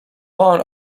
one